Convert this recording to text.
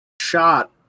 shot